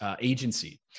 agency